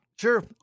Sure